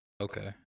Okay